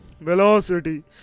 velocity